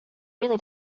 really